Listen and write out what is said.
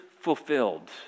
fulfilled